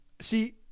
See